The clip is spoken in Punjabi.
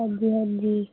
ਹਾਂਜੀ ਹਾਂਜੀ